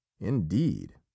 indeed